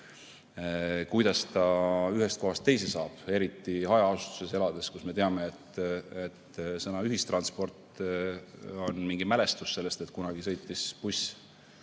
kuidas ta ühest kohast teise saab, eriti hajaasustuses elades, kus, nagu me teame, sõna "ühistransport" on lihtsalt mälestus sellest, et kunagi sõitis buss.